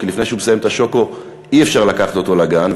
כי לפני שהוא מסיים את השוקו אי-אפשר לקחת אותו לגן,